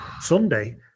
Sunday